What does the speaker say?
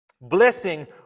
Blessing